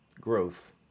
growth